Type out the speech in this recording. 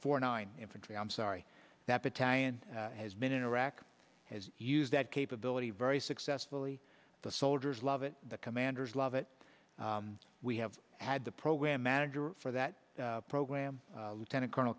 four nine infantry i'm sorry that battalion has been in iraq has used that capability very successfully the soldiers love it the commanders love it we have had the program manager for that program lieutenant colonel